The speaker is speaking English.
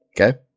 okay